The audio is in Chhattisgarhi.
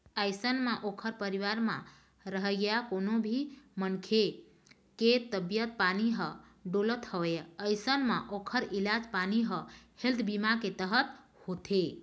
अइसन म ओखर परिवार म रहइया कोनो भी मनखे के तबीयत पानी ह डोलत हवय अइसन म ओखर इलाज पानी ह हेल्थ बीमा के तहत होथे